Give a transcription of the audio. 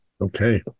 Okay